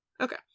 okay